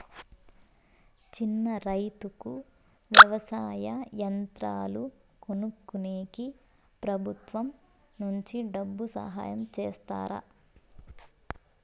చిన్న రైతుకు వ్యవసాయ యంత్రాలు కొనుక్కునేకి ప్రభుత్వం నుంచి డబ్బు సహాయం చేస్తారా?